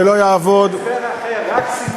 זה הנימוק היחיד.